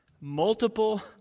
Multiple